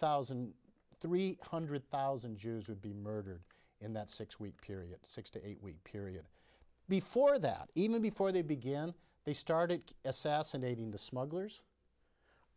thousand three hundred thousand jews would be murdered in that six week period six to eight week period before that even before they began they started assassinating the smugglers